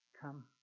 come